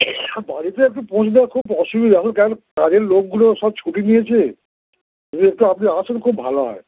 বাড়িতে একটু পৌঁছে দেওয়া খুব অসুবিধা বুঝলেন কাজের লোকগুলো সব ছুটি নিয়েছে যদি একটু আপনি আসেন খুব ভালো হয়